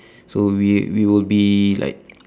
so we we will be like